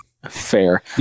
fair